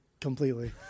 completely